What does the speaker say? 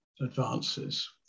advances